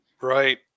Right